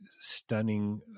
stunning